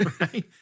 Right